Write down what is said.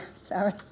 sorry